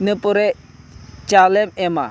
ᱤᱱᱟᱹ ᱯᱚᱨᱮ ᱪᱟᱣᱞᱮᱢ ᱮᱢᱟ